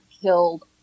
killed